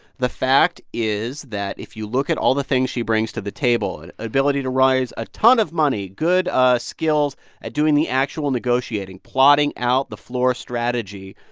the fact is that if you look at all the things she brings to the table and ability to raise a ton of money, good ah skills at doing the actual negotiating, plotting out the floor strategy